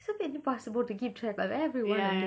so impossible to keep track of everyone